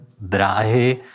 dráhy